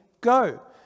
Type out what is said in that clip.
go